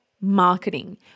marketing